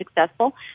successful